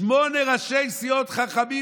שמונה ראשי סיעות חכמים,